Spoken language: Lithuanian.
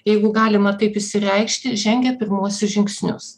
jeigu galima taip išsireikšti žengia pirmuosius žingsnius